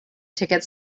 ticket